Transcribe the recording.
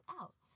out